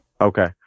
Okay